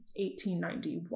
1891